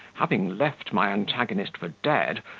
having left my antagonist for dead,